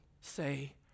say